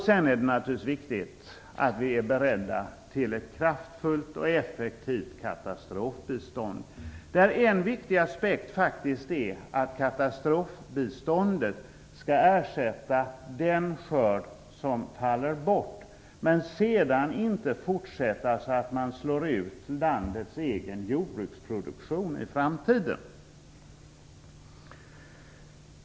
Sedan är det naturligtvis viktigt att vi är beredda till ett kraftfullt och effektivt katastrofbistånd. En viktig aspekt är att katastrofbiståndet skall ersätta den skörd som faller bort men sedan inte fortsätta så att man slår ut landets jordbruksproduktion i framtiden.